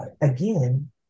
Again